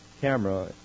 camera